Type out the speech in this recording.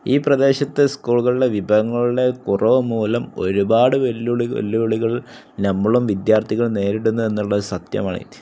ഈ പ്രദേശത്ത് സ്കൂളുകളുടെ വിഭവങ്ങളുടെ കുറവ് മൂലം ഒരുപാട് വെല്ലുവിളി വെല്ലുവിളികൾ നമ്മളും വിദ്യാർത്ഥികളും നേരിടുന്നു എന്നുള്ളത് സത്യമാണ്